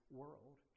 world